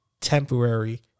temporary